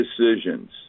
decisions